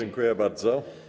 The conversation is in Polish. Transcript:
Dziękuję bardzo.